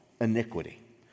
iniquity